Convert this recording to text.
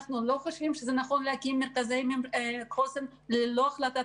אנחנו לא חושבים שנכון להקים מרכזי חוסן ללא החלטת